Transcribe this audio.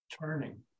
turning